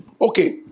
Okay